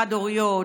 חד-הוריות,